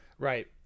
Right